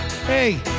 Hey